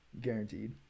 Guaranteed